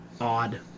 odd